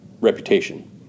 reputation